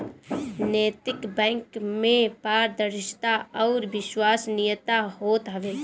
नैतिक बैंक में पारदर्शिता अउरी विश्वसनीयता होत हवे